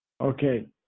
Okay